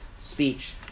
speech